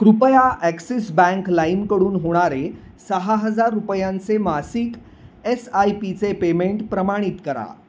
कृपया Axis Bank लाईमकडून होणारे सहा हजार रुपयांचे मासिक एस आय पीचे पेमेंट प्रमाणित करा